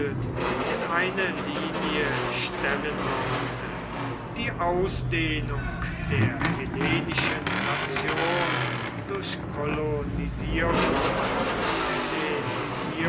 in eine linie stellen wollte die ausdehnung der hellenischen nation durch kolonisierung und